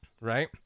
right